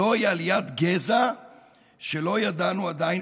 זוהי עליית גזע שלא ידענו עדיין